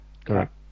Correct